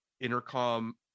intercom